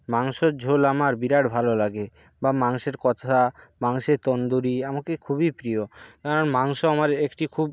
মাংসর ঝোল আমার বিরাট ভালো লাগে বা মাংসের কষা মাংসের তন্দুরি আমাকে খুবই প্রিয় কারণ মাংস আমার একটি খুব